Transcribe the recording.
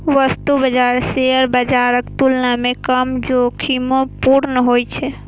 वस्तु बाजार शेयर बाजारक तुलना मे कम जोखिमपूर्ण होइ छै